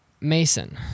Mason